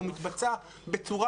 הוא מתבצע בצורה,